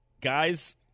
Guys